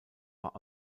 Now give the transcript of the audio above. war